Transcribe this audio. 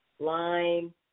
Lime